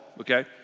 okay